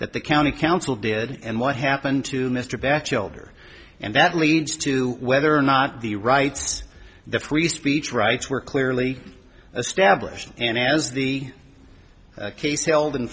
that the county council did and what happened to mr batchelder and that leads to whether or not the rights to free speech rights were clearly established and as the case held